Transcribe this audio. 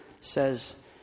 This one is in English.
says